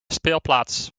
speelplaats